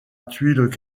tuiles